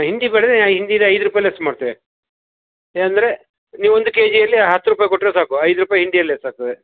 ಹಿಂಡಿ ಬೇಡ್ದಿರೆ ಹಿಂಡಿದು ಐದು ರೂಪಾಯಿ ಲೆಸ್ ಮಾಡ್ತೇವೆ ಈಗ ಅಂದರೆ ನೀವು ಒಂದು ಕೆ ಜಿಯಲ್ಲಿ ಹತ್ತು ರೂಪಾಯಿ ಕೊಟ್ಟರೆ ಸಾಕು ಐದು ರೂಪಾಯಿ ಹಿಂಡಿಯಲ್ಲಿ ಲೆಸ್ ಆಗ್ತದೆ